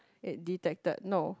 it detected no